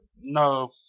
no